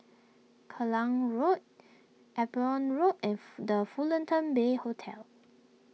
Klang Road Upavon Road F the Fullerton Bay Hotel